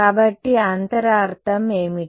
కాబట్టి అంతరార్థం ఏమిటి